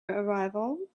arrival